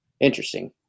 interesting